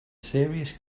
serious